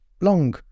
long